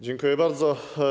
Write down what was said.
Dziękuję bardzo.